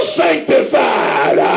sanctified